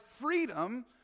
freedom